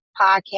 podcast